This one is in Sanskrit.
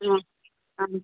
हा आम्